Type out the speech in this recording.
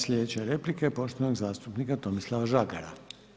Slijedeća replika je poštovanog zastupnika Tomislava Žagara.